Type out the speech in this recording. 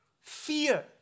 fear